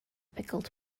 pickled